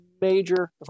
major